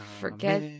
Forget